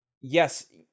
yes